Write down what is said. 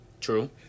True